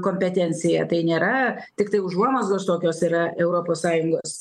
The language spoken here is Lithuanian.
kompetencija tai nėra tiktai užuomazgos tokios yra europos sąjungos